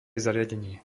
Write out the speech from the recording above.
zariadenie